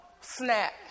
snap